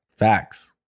Facts